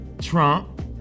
Trump